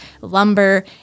lumber